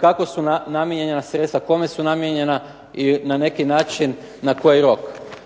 kako su namijenjena sredstva, kome su namijenjena i na neki način na koji rok.